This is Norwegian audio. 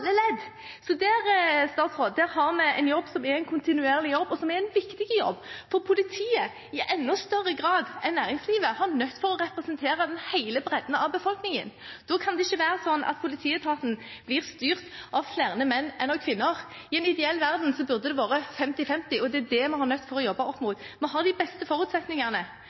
Så – til statsråden – der har vi en jobb som er en kontinuerlig jobb, og som er en viktig jobb, for politiet er i enda større grad enn næringslivet nødt til å representere hele bredden av befolkningen. Da kan det ikke være slik at politietaten blir styrt av flere menn enn av kvinner. I en ideell verden burde det vært femti-femti, og det er det vi er nødt til å jobbe opp mot. Vi har de beste forutsetningene